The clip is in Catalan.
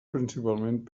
principalment